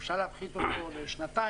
אפשר להפחית אותו לשנתיים,